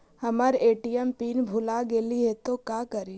हमर ATM pin भूला गेली हे, तो का करि?